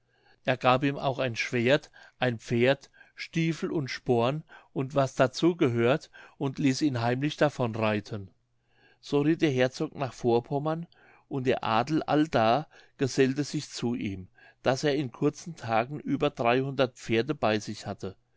er gab ihm auch ein schwert ein pferd stiefel und sporn und was dazu gehört und ließ ihn heimlich davon reiten so ritt der herzog nach vorpommern und der adel allda gesellte sich zu ihm daß er in kurzen tagen über dreihundert pferde bei sich hatte